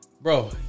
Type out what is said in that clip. bro